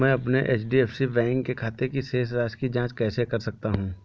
मैं अपने HDFC bank के खाते की शेष राशि की जाँच कैसे कर सकता हूँ?